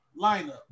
lineup